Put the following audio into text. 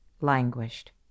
languished